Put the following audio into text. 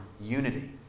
unity